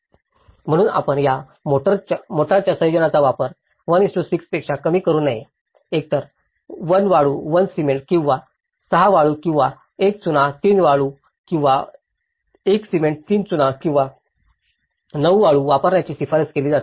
म्हणून आपण या मोर्टारच्या संयोजनाचा वापर 1 6 पेक्षा कमी करु नये एकतर 1 वाळू 1 सिमेंट आणि 6 वाळू किंवा 1 चुना 3 वाळू किंवा 1 सिमेंट 3 चुना आणि 9 वाळू वापरण्याची शिफारस केली जाते